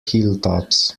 hilltops